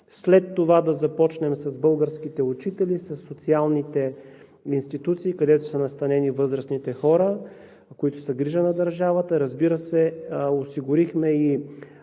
След това да започнем с българските учители, със социалните институции, където са настанени възрастните хора, които са грижа на държавата. Разбира се, знаете,